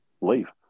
leave